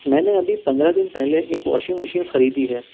میں نے ابھی پندرہ دن پہلے ایک واشنگ مشین خریدی ہے